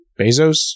Bezos